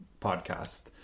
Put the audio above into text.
podcast